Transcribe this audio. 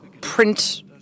print